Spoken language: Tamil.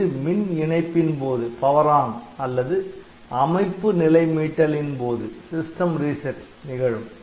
இது மின் இணைப்பின் போது அல்லது அமைப்பு நிலை மீட்டலின் போது நிகழும்